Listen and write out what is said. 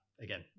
again